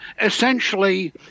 essentially